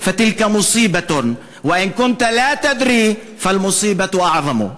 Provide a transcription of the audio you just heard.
זה אסון, ואם אתה לא יודע, האסון גדול יותר).